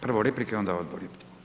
Prvo replike, onda odbori.